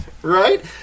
Right